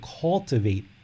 cultivate